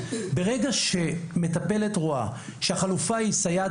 ברגע שמטפלת רואה שהחלופה היא סייעת